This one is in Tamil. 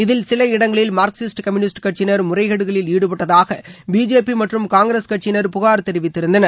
இதில் சில இடங்களில் மார்க்சிஸ்ட் கம்யூனிஸ்ட் கட்சியினர் முறைகேடுகளில் ஈடுபட்டதாக பிஜேபி மற்றும் காங்கிரஸ் கட்சியினர் புகார் தெரிவித்திருந்தனர்